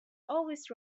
always